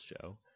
Show